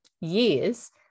years